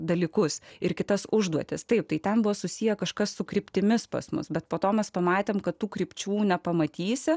dalykus ir kitas užduotis taip tai ten buvo susiję kažkas su kryptimis pas mus bet po to mes pamatėme kad tų krypčių nepamatysi